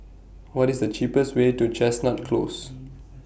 What IS The cheapest Way to Chestnut Close